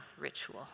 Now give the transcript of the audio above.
ritual